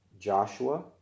Joshua